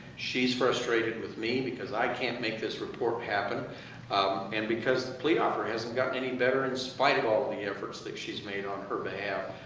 she's frustrated with me because i can't make this report happen and because the plea offer hasn't gotten any better in spite of all and the efforts that she's made on her behalf.